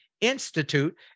Institute